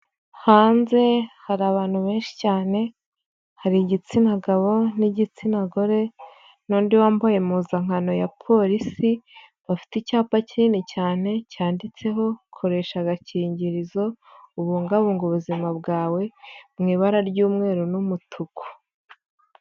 Hanze hari abantu benshi cyane, hari igitsina gabo n'igitsina gore n'undi wambaye impuzankano ya polisi, bafite icyapa kinini cyane, cyanditseho koresha agakingirizo, ubungabunge ubuzima bwawe, mu ibara ry'umweru n'umutuku.